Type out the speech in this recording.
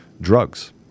drugs